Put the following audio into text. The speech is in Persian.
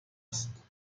است